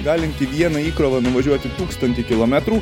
galintį viena įkrova nuvažiuoti tūkstantį kilometrų